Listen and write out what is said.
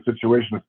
situation